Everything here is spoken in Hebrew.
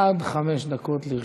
עד חמש דקות לרשותך.